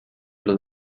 los